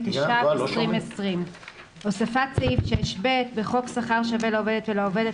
התש"ף-2020 הוספת סעיף 6ב בחוק שכר שווה לעובדת ולעובד,